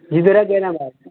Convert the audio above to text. गिदिरा गैया नामा